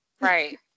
right